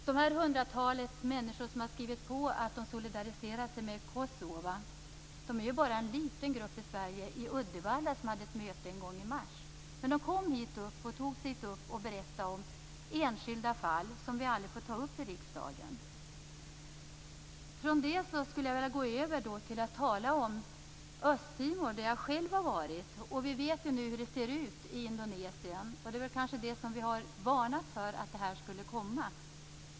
Det hundratal människor som har skrivit på att de solidariserar sig med Kosova är bara en liten grupp i Uddevalla som hade ett möte en gång i mars. Men de tog sig hit och berättade om enskilda fall, som vi aldrig får ta upp i riksdagen. Från detta skulle jag vilja gå över till att tala om Östtimor, där jag själv har varit. Vi vet ju nu hur det ser ut i Indonesien. Det är kanske detta vi har varnat för skulle komma.